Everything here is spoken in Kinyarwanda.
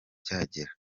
cyagera